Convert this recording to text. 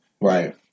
right